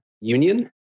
Union